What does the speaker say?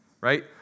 right